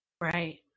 Right